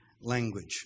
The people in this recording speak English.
language